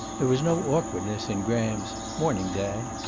there was no awkwardness in graham's morning, dad.